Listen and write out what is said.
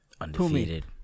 Undefeated